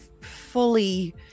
fully